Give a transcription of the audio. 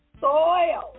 soil